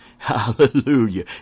Hallelujah